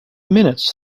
minutes